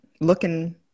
looking